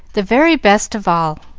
the very best of all.